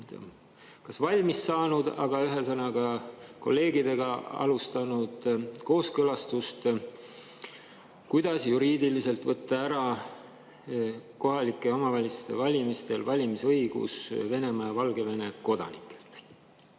just valmis saanud, aga ühesõnaga, kolleegidega alustanud kooskõlastust, kuidas juriidiliselt võtta ära kohalike omavalitsuste valimistel valimisõigus Venemaa ja Valgevene kodanikelt.